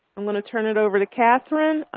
i'm going to turn it over to kathryn.